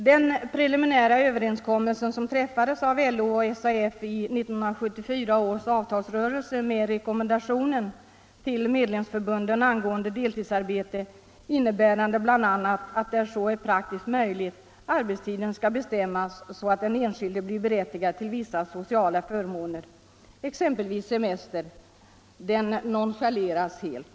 Den preliminära överenskommelse som träffades av LO och SAF i 1974 Nr 44 års avtalsrörelse, med rekommendation till medlemsförbunden angående Fredagen den deltidsarbete, innebärande bl.a. att där så är praktiskt möjligt arbetstiden 21 mars 1975 skall bestämmas så att den enskilde blir berättigad till vissa sociala för: == måner, exempelvis semester, nonchaleras helt.